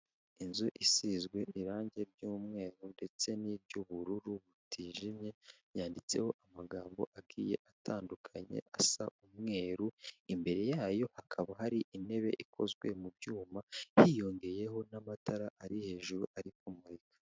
Inzu isizwe irangi ry'umweru ndetse n'iry'ubururu butijimye yanditseho amagambo agiye atandukanye asa umweru, imbere yayo hakaba hari intebe ikozwe mu byuma hiyongeyeho n'amatara ari hejuru ari kumurika.